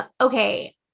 Okay